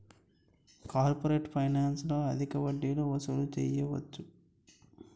corporate ఫైనాన్స్లో అధిక వడ్డీలు వసూలు చేయవచ్చు